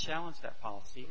challenge that policy